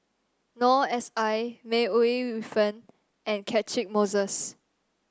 Noor S I May Ooi Yu Fen and Catchick Moses